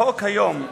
החוק היום,